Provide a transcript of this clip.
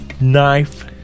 knife